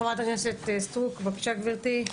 חברת הכנסת סטרוק, בבקשה גברתי.